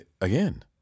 again